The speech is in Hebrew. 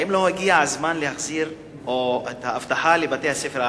האם לא הגיע הזמן להחזיר את האבטחה לבתי-הספר הערביים,